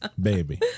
baby